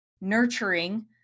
nurturing